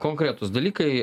konkretūs dalykai